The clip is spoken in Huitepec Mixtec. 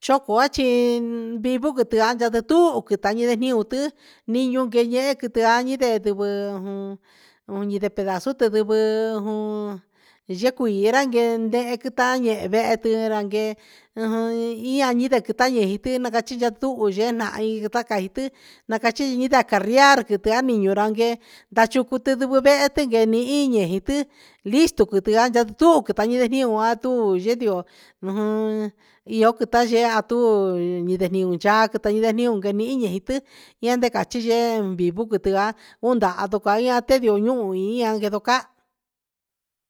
Choco oa chi ndivɨ quitian tu queta i tu jiu ti niu yee yee quitian ndivɨ pedasu te ndevɨ jun yecui yeranguee ndehe quitan yehe ndehe te ra guee ian quita yehe na cachi yasuhu yee nahin tu caa ta iti na cachi carrear quitian nii ran guee nda chucu tindivi vehe tindee ni ii listu quitian e nduu queta jian tuu yee ndio ujun queta yee a tu yee cha queta he niun gueni i iti carchi yee bibu quitia jundaha nducaia te ndiu uhun ian guendo ca.